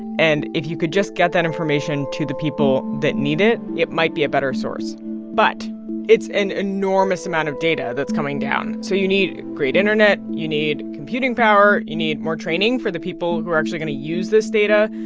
and if you could just get that information to the people that need it, it might be a better source but it's an enormous amount of data that's coming down. so you need great internet. you need computing power. you need more training for the people who are actually going to use this data.